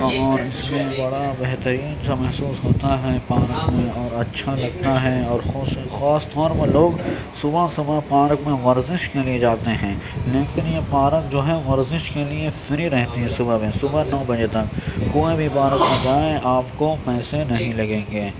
اور اس میں بڑا بہترین سا محسوس ہوتا ہے پارک میں اور اچھا لگتا ہے اور خاص طور پر لوگ صبح صبح پارک میں ورزش کے لیے جاتے ہیں لیکن یہ پارک جو ہے ورزش کے لیے فری رہتی ہے صبح میں صبح نو بجے تک کوئی بھی پارک میں جائیں آپ کو پیسے نہیں لگیں گے